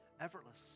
effortless